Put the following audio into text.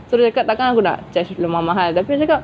so dia cakap tak akan aku nak charge mahal-mahal tapi dia cakap